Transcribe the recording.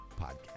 podcast